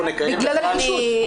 בגלל הרגישות.